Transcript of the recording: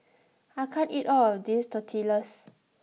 I can't eat all of this Tortillas